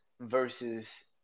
versus